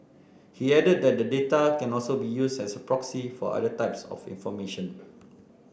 he added that the data can also be used as a proxy for other types of information